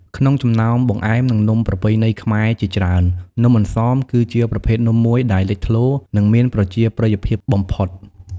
ក្នុងចំណោមបង្អែម និងនំប្រពៃណីខ្មែរជាច្រើន នំអន្សម គឺជាប្រភេទនំមួយដែលលេចធ្លោ និងមានប្រជាប្រិយភាពបំផុត។